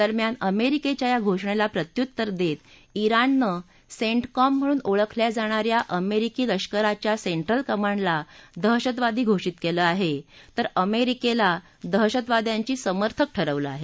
दरम्यान अमेरिकेच्या या घोषणेला प्रत्युत्तर देत जिणनं सेंट कॉम म्हणून ओळखल्या जाणा या अमेरिकी लष्कराच्या सेंट्रल कमांडला दहशतवादी घोषित केलं आहे तर अमेरिकेला दहशतवाद्यांची समर्थक ठरवलं आहे